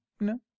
No